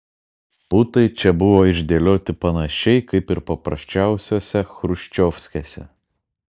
butai čia buvo išdėlioti panašiai kaip ir paprasčiausiose chruščiovkėse